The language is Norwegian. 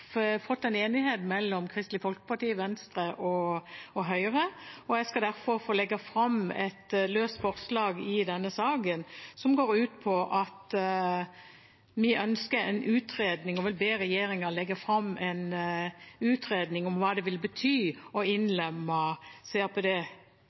fått en enighet mellom Kristelig Folkeparti, Venstre og Høyre, og jeg skal derfor legge fram et løst forslag i denne saken, som går ut på at vi vil be regjeringen legge fram en utredning om hva det vil bety å